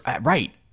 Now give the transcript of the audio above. right